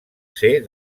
ser